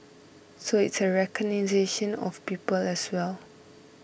so it's a recognition of people as well